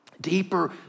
deeper